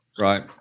right